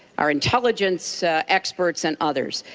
our intelligence experts and others.